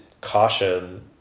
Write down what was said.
caution